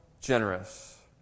generous